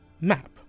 map